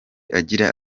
agira